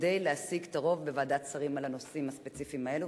כדי להשיג את הרוב בוועדת שרים על הנושאים הספציפיים האלה.